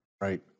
Right